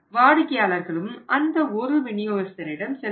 வாடிக்கையாளர்களும் அந்த ஒரு விநியோகஸ்தரிடம் செல்வர்